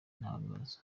tangazo